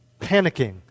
panicking